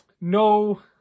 no